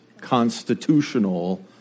constitutional